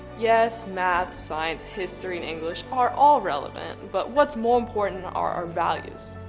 yes, math, science, history and english are all relevant, but what's more important are our values.